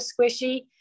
squishy